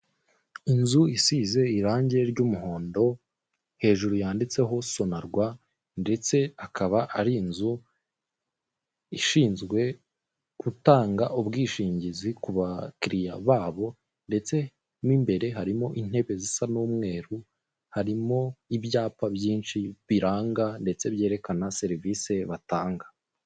Inzu isize irangi ry'umuhondo, hejuru yanditseho SONARWA, ndetse akaba ari inzu ishinzwe gutanga ubwishingizi ku bakiriya babo, ndetse mo imbere harimo intebe zisa n'umweru, harimo ibyapa byinshi biranga ndetse byerekana serivisi batanga.